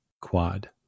quad